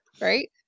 Right